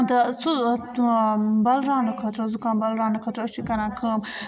تہٕ سُہ بَلراونہٕ خٲطرٕ زُکام بَلراونہٕ خٲطرٕ أسۍ چھِ کَران کٲم